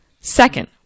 Second